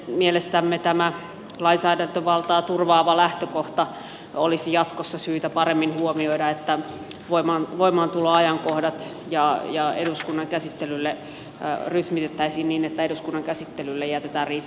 mielestämme tämä lainsäädäntövaltaa turvaava lähtökohta olisi jatkossa syytä paremmin huomioida että voimaantuloajankohdat ja eduskunnan käsittely rytmitettäisiin niin että eduskunnan käsittelylle jätetään riittävästi aikaa